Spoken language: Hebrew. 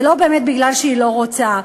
זה לא באמת משום שהיא לא רוצה,